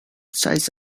sides